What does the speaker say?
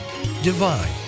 divine